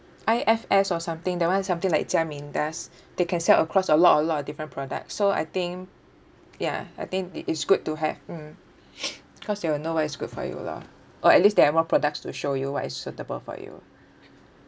I_F_S or something that one is something like jia min does they can sell across a lot a lot of different products so I think ya I think it it's good to have mm because they will know what is good for you lor or at least they have more products to show you what is suitable for you